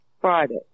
Friday